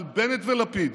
אבל בנט ולפיד